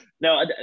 no